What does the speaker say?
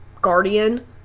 guardian